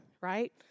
right